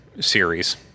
series